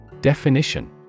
Definition